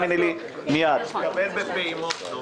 מה זה בפעימות?